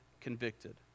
convicted